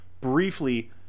briefly